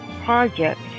project